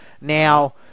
Now